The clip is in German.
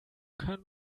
kann